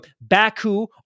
Baku